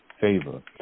favor